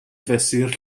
fesur